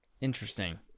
Interesting